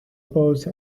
pose